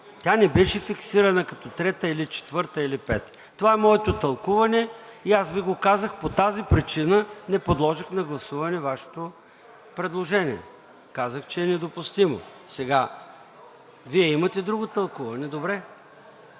Тя не беше фиксирана като трета или четвърта, или пета. Това е моето тълкуване и аз Ви го казах, и по тази причина не подложих на гласуване Вашето предложение. Казах, че е недопустимо. Сега Вие имате друго тълкуване, добре.